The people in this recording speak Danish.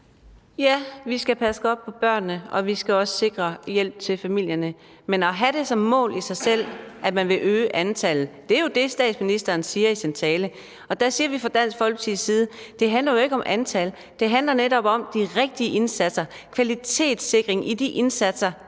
Ja, vi skal passe godt på børnene, og vi skal også sikre hjælp til familierne, men til det at have det som et mål i sig selv, at man vil øge antallet – det er jo det, som statsministeren siger i sin tale – siger vi fra Dansk Folkepartis side, at det jo ikke handler om antal, men at det netop handler om de rigtige indsatser, kvalitetssikring af de indsatser,